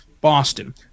Boston